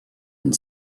and